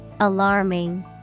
alarming